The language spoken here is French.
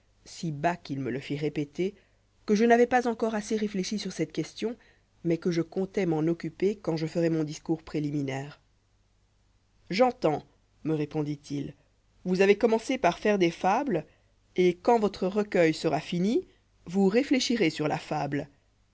si bas qu'il me le fit répéter que je n'ar yois pas encore assez réfléchi sur cette question mais que je comptois m'en occuper quand je fesois mon discours préliminaire j'entends me répondit-il vous avez commencé par faire des fables et quand votre recueil sera fini vous réfléchirez sur la fable